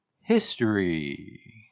history